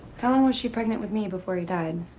how long was she pregnant with me before he died?